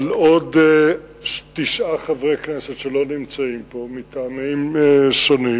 אבל עוד תשעה חברי כנסת לא נמצאים פה מטעמים שונים,